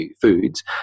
foods